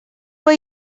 were